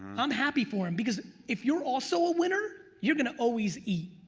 i'm happy for him, because if you're also a winner, you're gonna always eat.